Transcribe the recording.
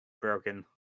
broken